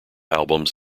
albums